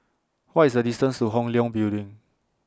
What IS The distance to Hong Leong Building